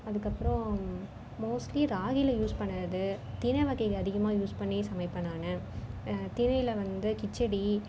அதுக்கப்புறம் மோஸ்ட்லி ராகில யூஸ் பண்ணது திணை வகைகள் அதிகமாக யூஸ் பண்ணி சமைப்பேன் நான் திணைல வந்து கிச்சடி